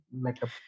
Makeup